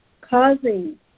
causing